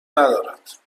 ندارد